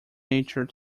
nature